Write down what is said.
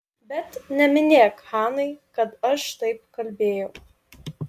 bet neminėk hanai kad aš taip kalbėjau